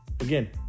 again